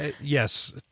yes